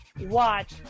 watch